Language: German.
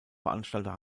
veranstalter